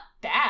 bad